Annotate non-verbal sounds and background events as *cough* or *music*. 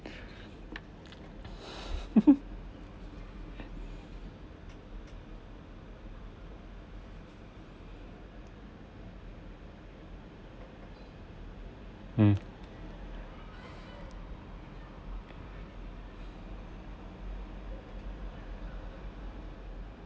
*laughs* mm